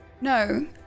No